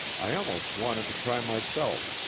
i almost wanted to cry myself,